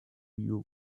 you